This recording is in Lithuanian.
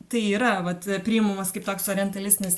tai yra vat priimamas kaip toks orientalistinis